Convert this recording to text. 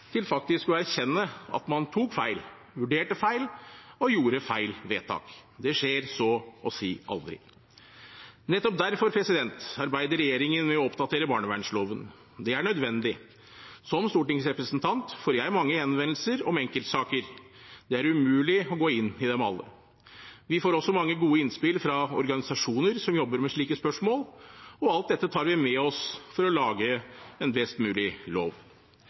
til faktisk å erkjenne at man tok feil, vurderte feil og gjorde feil vedtak. Det skjer så å si aldri. Nettopp derfor arbeider regjeringen med å oppdatere barnevernsloven. Det er nødvendig. Som stortingsrepresentant får jeg mange henvendelser om enkeltsaker. Det er umulig å gå inn i dem alle. Vi får også mange gode innspill fra organisasjoner som jobber med slike spørsmål. Alt dette tar vi med oss for å lage en best mulig lov.